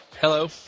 Hello